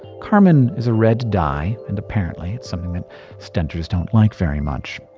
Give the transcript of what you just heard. carmine is a red dye and apparently it's something that stentors don't like very much.